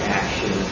action